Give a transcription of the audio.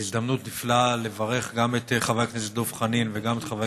זו הזדמנות נפלאה לברך גם את חבר הכנסת דב חנין וגם את חבר